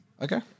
Okay